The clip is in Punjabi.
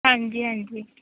ਹਾਂਜੀ ਹਾਂਜੀ